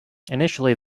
initially